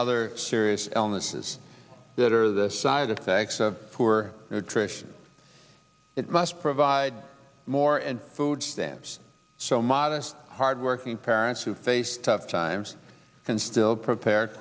other serious illnesses that are the side effects of poor nutrition it must provide more and food stamps so modest hardworking parents who face tough times can still prepare